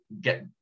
get